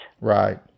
Right